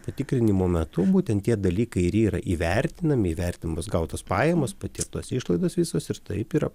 patikrinimo metu būtent tie dalykai ir yra įvertinami įvertintos gautos pajamos patirtos išlaidos visos ir taip yra